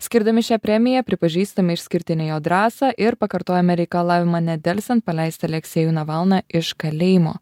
skirdami šią premiją pripažįstame išskirtinę jo drąsą ir pakartojame reikalavimą nedelsiant paleisti aleksejų navalną iš kalėjimo